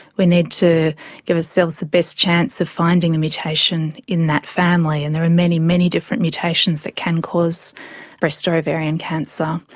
we need to give ourselves the best chance of finding a mutation in that family and there are many many different mutations that can cause breast or ovarian cancer.